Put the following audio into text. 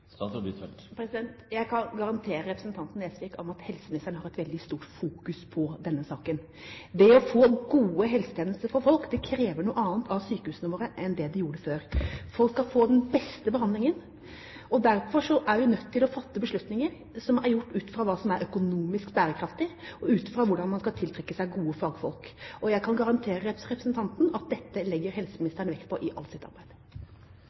Jeg kan garantere representanten Nesvik at helseministeren har et veldig sterkt fokus på denne saken. Det å få gode helsetjenester for folk, krever noe annet av sykehusene våre enn det det gjorde før. Folk skal få den beste behandlingen. Derfor er vi nødt til å fatte beslutninger ut fra hva som er økonomisk bærekraftig, og ut fra hvordan man skal tiltrekke seg gode fagfolk. Jeg kan garantere representanten at dette legger helseministeren vekt på i alt sitt arbeid.